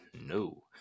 No